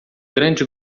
grande